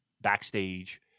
backstage